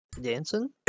dancing